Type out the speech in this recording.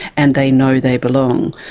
and they know they belong.